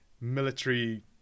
military